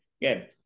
Again